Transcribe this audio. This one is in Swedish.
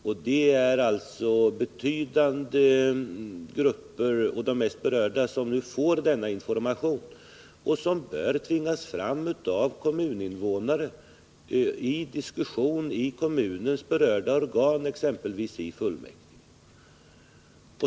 Det innebär att det är ett betydande antal kommuner som får denna information, en information som bör tvingas fram av kommuninvånarna och som bör tas upp till diskussion i de kommunala organen, exempelvis i kommunfullmäktige.